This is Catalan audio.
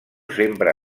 sempre